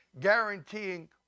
guaranteeing